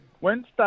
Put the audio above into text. Wednesday